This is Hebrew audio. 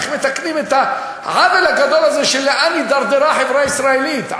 איך מתקנים את העוול הגדול הזה לאן הידרדרה החברה הישראלית,